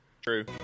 True